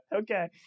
okay